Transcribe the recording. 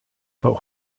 but